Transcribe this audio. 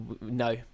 No